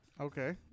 Okay